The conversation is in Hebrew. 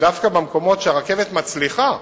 שדווקא במקומות שהרכבת מצליחה,